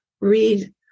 read